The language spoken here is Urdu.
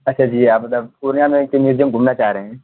اچھا جی یہ آپ مطلب پورنیہ میں ایک میوزیم گھومنا چاہ رہے ہیں